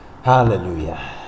Hallelujah